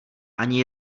ani